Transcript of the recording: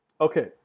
Okay